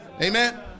Amen